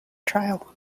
trial